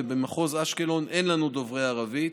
במחוז אשקלון אין לנו דוברי ערבית.